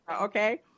Okay